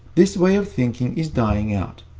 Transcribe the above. this way of thinking is dying out,